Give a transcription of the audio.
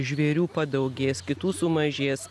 žvėrių padaugės kitų sumažės